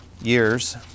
years